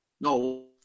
No